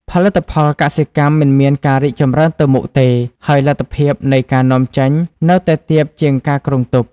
ផលិតផលកសិកម្មមិនមានការរីកចម្រើនទៅមុខទេ ហើយលទ្ធភាពនៃការនាំចេញនៅតែទាបជាងការគ្រោងទុក។